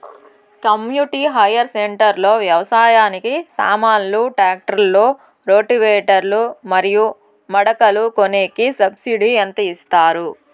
community hire centre లో వ్యవసాయానికి సామాన్లు ట్రాక్టర్లు రోటివేటర్ లు మరియు మడకలు కొనేకి సబ్సిడి ఎంత ఇస్తారు